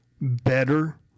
better